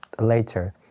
later